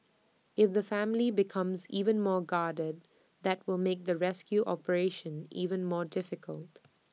if the family becomes even more guarded that will make the rescue operation even more difficult